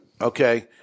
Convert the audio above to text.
Okay